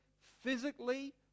physically